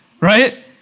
right